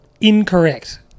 Incorrect